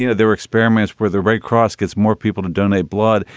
you know there were experiments where the red cross gets more people to donate blood.